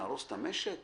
נהרוס את המשק?